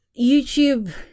youtube